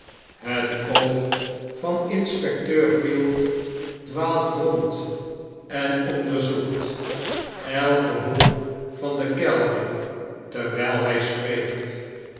het oog van inspecteur field dwaalt rond en onderzoekt elken hoek van den kelder terwyl hy spreekt